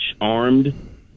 armed